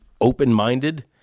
open-minded